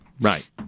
Right